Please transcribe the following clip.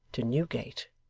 to newgate!